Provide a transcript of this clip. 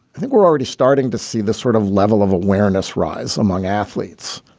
i think we're already starting to see the sort of level of awareness rise among athletes,